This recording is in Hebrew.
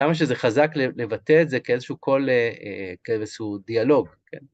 כמה שזה חזק לבטא את זה כאיזשהו קול, כאיזה שהוא דיאלוג, כן.